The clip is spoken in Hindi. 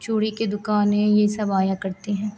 चूड़ी की दुक़ानें यह सब आया करती हैं